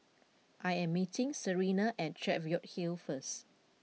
I am meeting Serina at Cheviot Hill first